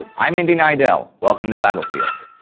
i'm indy neidell, welcome to battlefields.